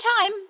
time